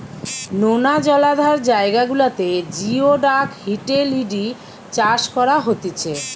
নোনা জলাধার জায়গা গুলাতে জিওডাক হিটেলিডি চাষ করা হতিছে